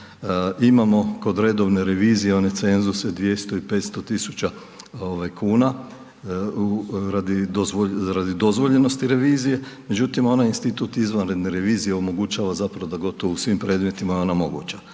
Imamo kod redovne revizije one cenzuse 200 i 500.000 kuna radi dozvoljenosti revizije međutim onaj institut izvanredne revizije omogućava zapravo da gotovo u svim predmetima je ona moguća.